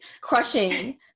crushing